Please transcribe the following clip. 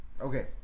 Okay